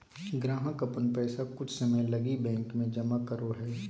ग्राहक अपन पैसा कुछ समय लगी बैंक में जमा करो हइ